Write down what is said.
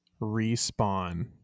respawn